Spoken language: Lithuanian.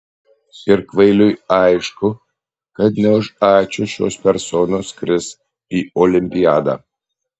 ir kvailiui aišku kad ne už ačiū šios personos skris į olimpiadą